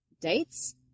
dates